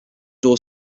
door